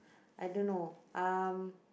I don't know um